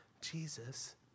Jesus